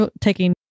taking